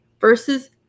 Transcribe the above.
versus